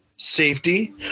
safety